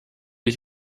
ich